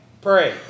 pray